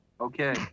Okay